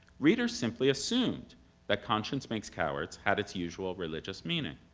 reader's simply assumed that conscience makes cowards had its usual religious meaning.